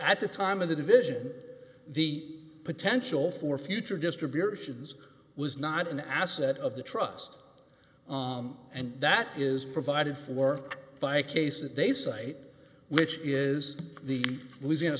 at the time of the division the potential for future distributions was not an asset of the trust and that is provided for by a case that they cite which is the louisiana